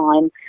time